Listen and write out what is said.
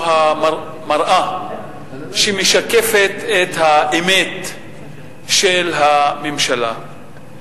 הוא המראה שמשקפת את האמת של הממשלה.